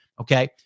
okay